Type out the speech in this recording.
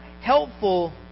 helpful